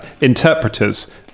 interpreters